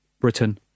Britain